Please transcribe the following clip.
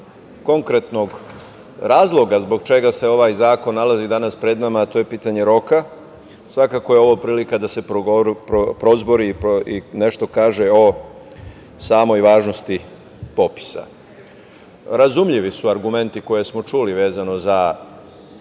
konkretnog razloga zbog čega se ovaj zakon nalazi danas pred nama, a to je pitanje roka, svakako je ovo prilika da se prozbori i nešto kaže o samoj važnosti popisa. Razumljivi su argumenti koje smo čuli vezano za